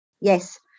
yes